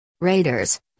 Raiders